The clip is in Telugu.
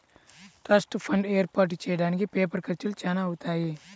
ట్రస్ట్ ఫండ్ ఏర్పాటు చెయ్యడానికి పేపర్ ఖర్చులు చానా అవుతాయి